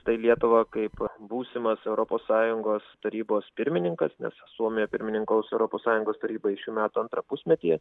tai lietuva kaip būsimas europos sąjungos tarybos pirmininkas nes suomija pirmininkaus europos sąjungos tarybai šių metų antrą pusmetį